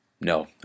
No